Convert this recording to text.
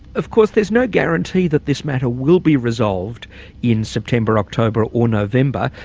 of course there's no guarantee that this matter will be resolved in september, october, or november.